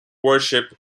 worship